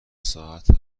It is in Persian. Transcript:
ساعت